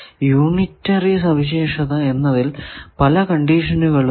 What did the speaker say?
unitary സവിശേഷത എന്നതിൽ പല കണ്ടിഷനുകളും ഉണ്ട്